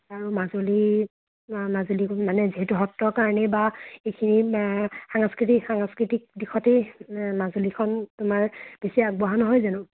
আৰু মাজুলি মাজুলি মানে যিহেতু সত্ৰ কাৰণেই বা এইখিনি সাংস্কৃতিক সাংস্কৃতিক দিশতেই মাজুলিখন তোমাৰ বেছি আগবঢ়া নহয় জানো